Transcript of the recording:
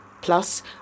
Plus